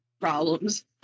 problems